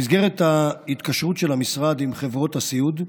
במסגרת ההתקשרות של המשרד עם חברות הסיעוד,